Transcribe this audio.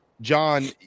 John